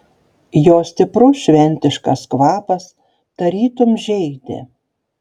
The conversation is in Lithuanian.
jo stiprus šventiškas kvapas tarytum žeidė